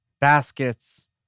baskets